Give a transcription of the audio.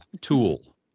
tool